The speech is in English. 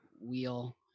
wheel